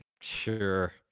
sure